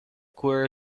cura